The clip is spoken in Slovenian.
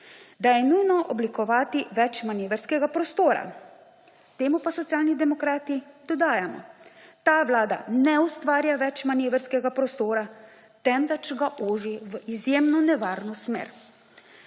da je nujno oblikovati več manevrskega prostora. Temu pa Socialni demokrati dodajamo: ta vlada ne ustvarja več manevrskega prostora, temveč ga oži v izjemno nevarno smer.